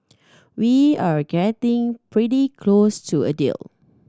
we're getting pretty close to a deal